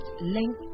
link